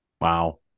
Wow